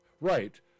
Right